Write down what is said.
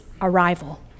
arrival